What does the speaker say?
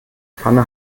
pfanne